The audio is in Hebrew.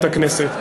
במליאת הכנסת.